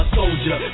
soldier